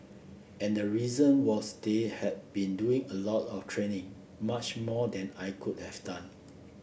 and the reason was they had been doing a lot of training much more than I could have done